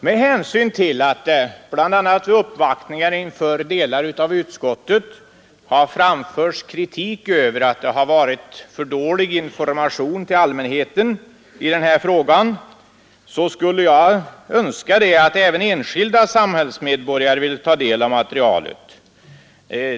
Med hänsyn till att det, bl.a. vid uppvaktningar inför delar av utskottet, har framförts kritik över att det har varit för dålig information till allmänheten i den här frågan, skulle jag önska att även enskilda samhällsmedborgare ville ta del av materialet.